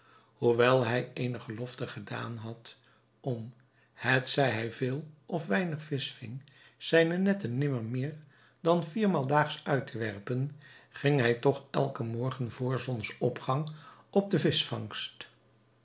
hoewel hij eene gelofte gedaan had om hetzij hij veel of weinig visch ving zijne netten nimmer meer dan viermaal daags uit te werpen ging hij toch elken morgen vr zonsopgang op de vischvangst